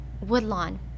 Woodlawn